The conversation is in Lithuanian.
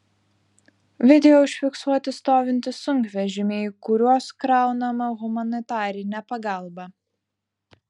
video užfiksuoti stovintys sunkvežimiai į kuriuos kraunama humanitarinė pagalba